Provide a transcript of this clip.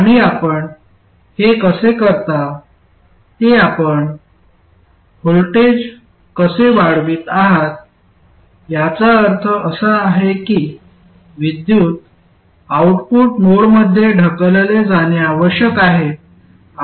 आणि आपण हे कसे करता ते आपण व्होल्टेज कसे वाढवित आहात याचा अर्थ असा आहे की विद्युत आउटपुट नोडमध्ये ढकलले जाणे आवश्यक आहे